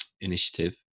initiative